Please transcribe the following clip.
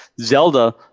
Zelda